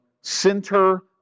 center